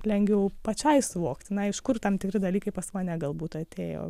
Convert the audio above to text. lengviau pačiai suvokti na iš kur tam tikri dalykai pas mane galbūt atėjo